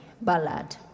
ballad